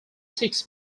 six